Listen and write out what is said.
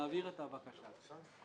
אנחנו נעביר את הבקשה כלשונה.